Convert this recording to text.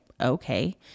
okay